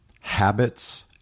habits